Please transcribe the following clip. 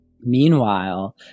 Meanwhile